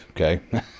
Okay